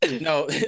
No